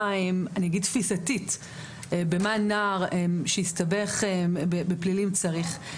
תפישתית במה נער שהסתבך בפלילים צריך.